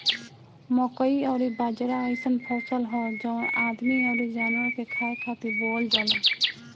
मकई अउरी बाजरा अइसन फसल हअ जवन आदमी अउरी जानवर के खाए खातिर बोअल जाला